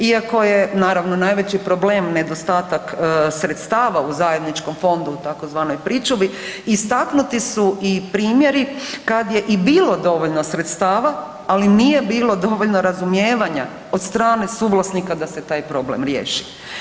Iako je naravno najveći problem nedostatak sredstava u zajedničkom fondu u tzv. pričuvi istaknuti su i primjeri kad je i bilo dovoljno sredstava ali nije bilo dovoljno razumijevanja od strane suvlasnika da se taj problem riješi.